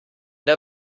der